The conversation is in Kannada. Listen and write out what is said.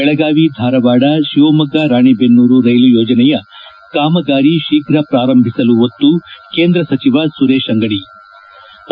ಬೆಳಗಾವಿ ಧಾರವಾಡ ಶಿವಮೊಗ್ಗ ರಾಣೆಬೆನ್ನೂರು ರೈಲು ಯೋಜನೆಯ ಕಾಮಗಾರಿ ಶೀಫ್ರ ಪ್ರಾರಂಭಿಸಲು ಒತ್ತು ಕೇಂದ್ರ ಸಚಿವ ಸುರೇಶ್ ಅಂಗಡಿ ಳ